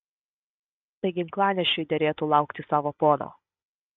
tai ginklanešiui derėtų laukti savo pono